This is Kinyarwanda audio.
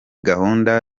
gahunda